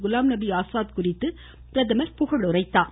குலாம்நபி ஆசாத் குறித்து பிரதமர் புகழுரைத்தார்